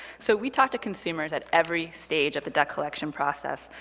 so we talk to consumers at every stage of the debt collection process,